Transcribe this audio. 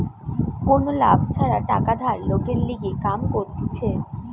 কোনো লাভ ছাড়া টাকা ধার লোকের লিগে কাম করতিছে